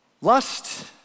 Lust